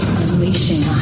unleashing